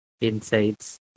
insights